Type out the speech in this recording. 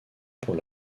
pour